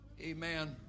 amen